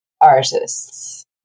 artists